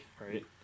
right